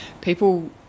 people